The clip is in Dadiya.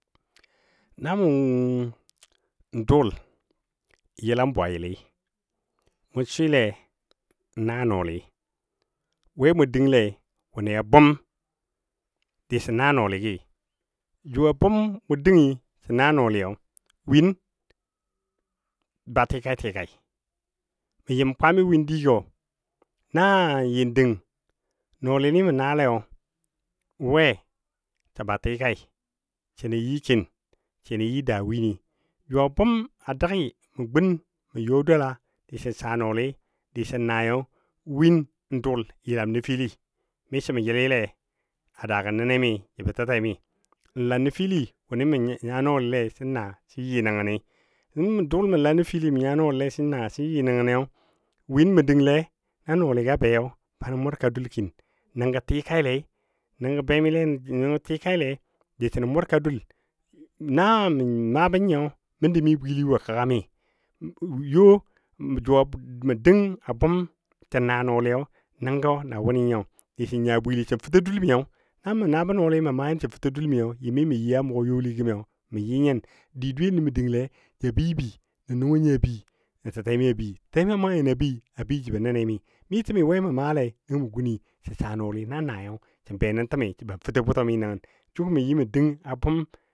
Na mʊ dʊl n yəlam bwayɨli mʊ swɨle n naa nɔɔli we mʊ dənle wʊnɨ a bʊm dəsɔ naa nɔɔligii jʊwa bʊm mʊ dəngi sən naa nɔɔl, win ba tika tikai, mə yɨm kwani win digɔ na yɨ dəng nɔɔli ni mə, naalai we se ba tikai sə nə yɨ kin sə nə yɨ daa wini, jʊ a bʊma dəgi mə gun mə yɔ dwala disən saa nɔɔlii disən naayo win n dʊl n yəlam nəfili miso ma yɨlile a daagɔ nɛnɛmi jəbɔ tɛtɛmi n la nəfili wʊnɨ mə naa nɔɔli le sən naa yɨ nəngən ni nəngɔ mə dʊl mə la nəfili mə nya nɔɔli sə na sən yɨ nəgəniyo win mə dəngle na nɔɔli gə abei banə mʊrka dul kin nəngɔ tikaile nəngɔ be mile nə nəngɔ tikaile diso nə mʊrka dul na mə maabɔ nyiyɔ məndi mi bwili wo a kəga mi, yo jʊ mə dəng a bʊm tənaa nɔɔliyo nəngɔ na wʊnɨ nyo disən nya bwili sən fəto dul miyɔ, namə nabɔ nɔɔli mə maa nyɨn sən fəto dul miyo, yɨmi mə yɨ a mʊgɔ youli mə nyɨn di dweyeni mə dənglei ja bəi bəi, nuwo ni a bəi nə tɛtɛmi bəi jəbɔ nɛnɛmi mi təmi we mə maale nəngɔ mɔ guni sən saa nɔɔli nan naa sən be nən təmi sən fəto butɔmi nəngən, jʊ mə yɨ mə dəng a bʊm